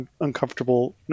uncomfortable